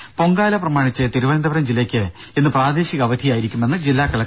ദര പൊങ്കാല പ്രമാണിച്ച് തിരുവനന്തപുരം ജില്ലയ്ക്ക് ഇന്ന് പ്രാദേശിക അവധിയായിരിക്കുമെന്ന് ജില്ലാ കളക്ടർ അറിയിച്ചു